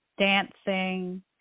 dancing